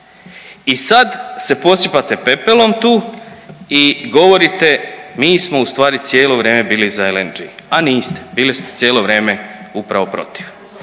I sada se posipate pepelom tu i govorite mi smo ustvari cijelo vrijeme bili za LNG-e a niste. Bili ste cijelo vrijeme upravo protiv.